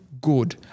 good